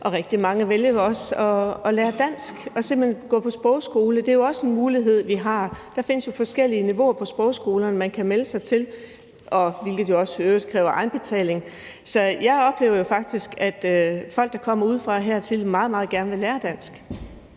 Rigtig mange vælger jo også at lære dansk og simpelt hen gå på sprogskole. Det er jo også en mulighed, vi har. Der findes jo forskellige niveauer på sprogskolerne, man kan melde sig til, hvilket i øvrigt kræver egenbetaling. Så jeg oplever faktisk, at folk, der kommer hertil udefra, meget, meget gerne vil lære dansk.